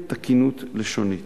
תקינות לשונית.